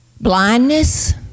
Blindness